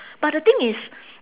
but the thing is